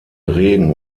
regen